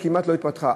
והיא כמעט לא התפתחה.